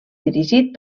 dirigit